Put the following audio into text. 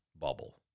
bubble